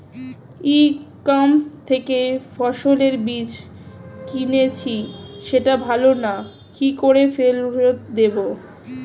ই commerce থেকে ফসলের বীজ কিনেছি সেটা ভালো না কি করে ফেরত দেব?